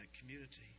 community